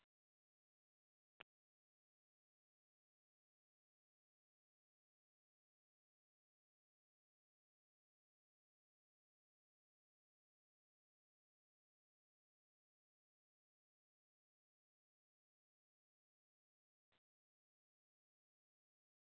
ते